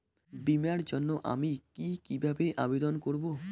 বিমার জন্য আমি কি কিভাবে আবেদন করব?